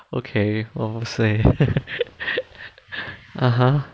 okay 我不睡 (uh huh)